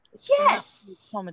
yes